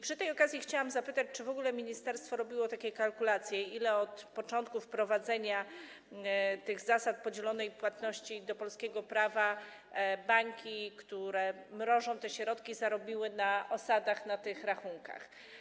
Przy tej okazji chciałam zapytać, czy w ogóle ministerstwo robiło takie kalkulacje, ile od czasu wprowadzenia zasady podzielonej płatności do polskiego prawa banki, które mrożą te środki, zarobiły na osadach na tych rachunkach.